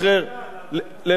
הם הלכו להפגנה.